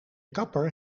kapper